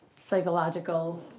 psychological